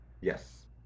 Yes